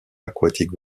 aquatic